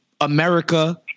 America